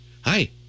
Hi